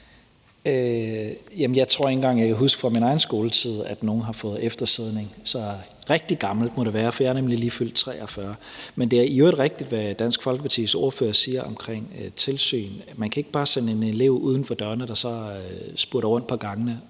Jeg tror ikke engang, jeg kan huske fra min egen skoletid, at nogen har fået eftersidning. Så rigtig gammelt må det være, for jeg er nemlig lige fyldt 43 år. Men det er i øvrigt rigtigt, hvad Dansk Folkepartis ordfører siger omkring tilsyn. Man kan ikke bare sende en elev uden for døren, der så spurter rundt på gangene